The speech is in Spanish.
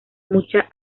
mucha